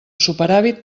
superàvit